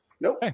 Nope